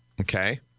Okay